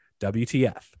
WTF